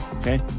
Okay